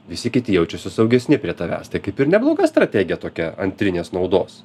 visi kiti jaučiasi saugesni prie tavęs tai kaip ir nebloga strategija tokia antrinės naudos